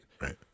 right